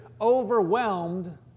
Overwhelmed